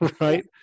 right